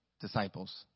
disciples